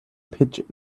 pitching